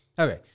Okay